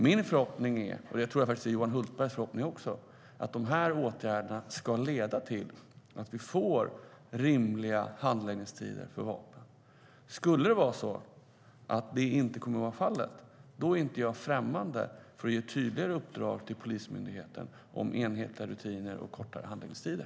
Min förhoppning är - och det tror jag är Johan Hultbergs förhoppning också - att dessa åtgärder ska leda till att det blir rimliga handläggningstider för vapenlicenser. Skulle så inte bli fallet, då är jag inte främmande för att ge ett tydligare uppdrag till Polismyndigheten om enhetliga rutiner och kortare handläggningstider.